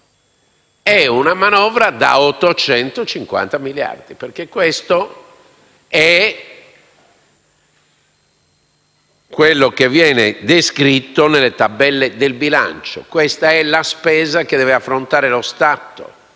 milioni di euro del triennio, perché questo è quello che viene descritto nelle tabelle del bilancio e questa è la spesa che deve affrontare lo Stato